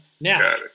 Now